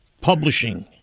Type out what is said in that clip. publishing